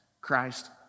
Christ